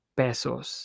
pesos